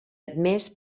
admès